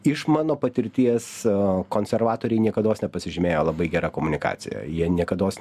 iš mano patirties konservatoriai niekados nepasižymėjo labai gera komunikacija jie niekados